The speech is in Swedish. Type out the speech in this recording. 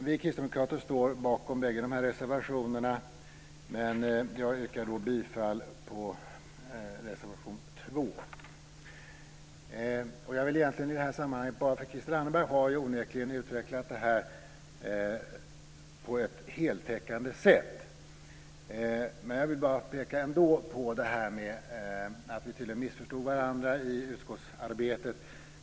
Vi kristdemokrater står bakom bägge reservationerna, men jag yrkar bifall till reservation 2. Christel Anderberg har onekligen utvecklat det här på ett heltäckande sätt. Men vi missförstod tydligen varandra i utskottsarbetet.